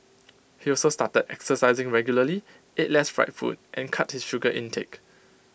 he also started exercising regularly ate less fried food and cut his sugar intake